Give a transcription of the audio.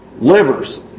Livers